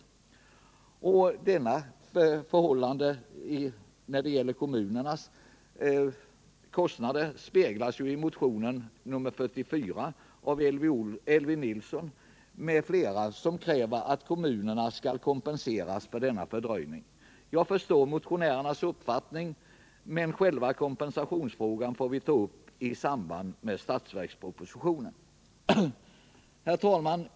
Kommunernas kostnader speglas i motionen 1977/78:44 av Elvy Nilsson m.fl. som kräver att kommunerna skall kompenseras för fördröjningen. Jag förstår motionärernas uppfattning, men själva kompensationsfrågan får vi ta upp i samband med behandlingen av budgetpropositionen. Herr talman!